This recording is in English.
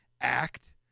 act